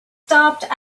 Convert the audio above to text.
stopped